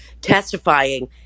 testifying